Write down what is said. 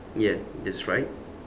ya that's right